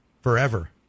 forever